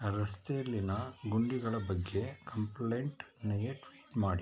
ರಸ್ತೆಯಲ್ಲಿನ ಗುಂಡಿಗಳ ಬಗ್ಗೆ ಕಂಪ್ಲೇಂಟ್ ನನಗೆ ಟ್ವಿಟ್ ಮಾಡಿ